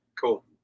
Cool